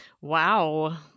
wow